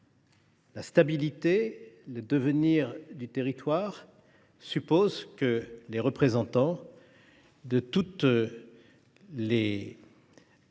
La stabilité et le devenir du territoire supposent que les représentants de toutes les